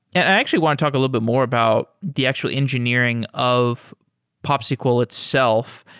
actually want talk a little bit more about the actual engineering of popsql itself,